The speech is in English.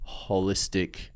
holistic